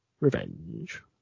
Revenge